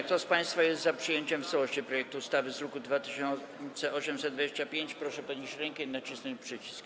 Kto z państwa jest za przyjęciem w całości projektu ustawy z druku nr 2825, proszę podnieść rękę i nacisnąć przycisk.